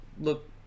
look